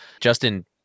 Justin